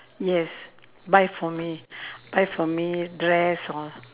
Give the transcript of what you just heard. yes buy for me buy for me dress or